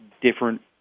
different